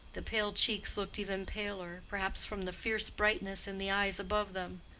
the pale cheeks looked even paler, perhaps from the fierce brightness in the eyes above them.